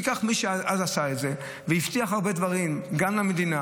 קח את מי שאז עשה את זה והבטיח הרבה דברים גם למדינה,